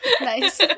Nice